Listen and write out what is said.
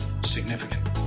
significant